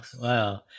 Wow